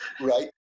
Right